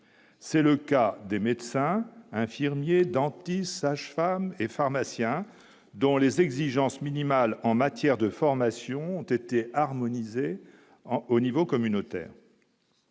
c'est le cas des médecins, infirmiers, dentistes, sages-femmes et pharmaciens dont les exigences minimales en matière de formation ont été harmonisées en au niveau communautaire,